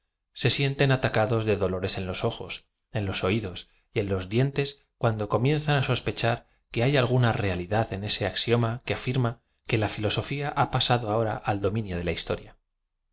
se sienten atacados de dolores en los ojos en los oidoa y en los dientes cuando co mienzan á sospechar que h ay alguna realidad en ese axiom a que afirm a que la filosofía ha pasado ahora al dominio de la historia